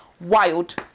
Wild